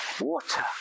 water